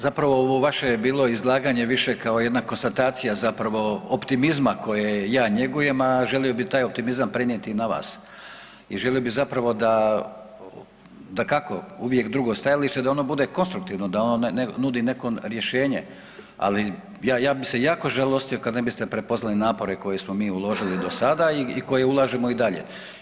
Zapravo ovo vaše je bilo izlaganje više kao jedna konstatacija zapravo optimizma koje ja njegujem, a želio bi taj optimizam prenijeti i na vas i želio bi zapravo da, dakako uvijek drugo stajalište da ono bude konstruktivno, da ono nudi neko rješenje, ali ja, ja bi se jako žalostio kad ne biste prepoznali napore koje smo mi uložili do sada i koje ulažemo i dalje.